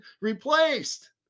replaced